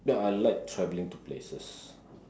ya I like travelling to places